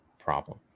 problem